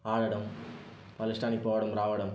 ఆడడం వాళ్ళ ఇష్టానికి పోవడం రావడం